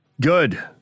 Good